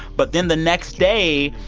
but then the next day,